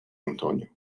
otoño